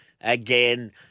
Again